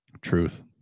Truth